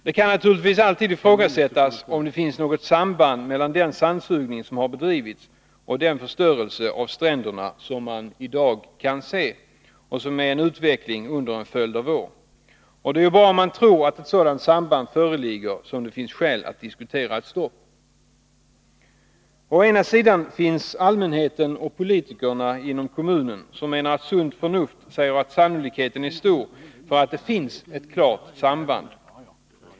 Det kan naturligtvis alltid ifrågasättas om det finns något samband mellan den sandsugning som har bedrivits och den förstörelse av stränderna som man i dag kan se och som är en utveckling under en följd av år. Och det är ju bara om man tror att ett sådant samband föreligger, som det finns skäl att diskutera ett stopp. Å ena sidan finns allmänheten och politikerna inom kommunen, som menar att sunt förnuft säger att sannolikheten är stor för att det finns ett klart samband.